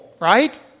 Right